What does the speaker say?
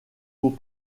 faut